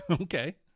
Okay